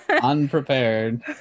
unprepared